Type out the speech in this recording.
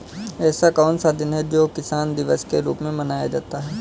ऐसा कौन सा दिन है जो किसान दिवस के रूप में मनाया जाता है?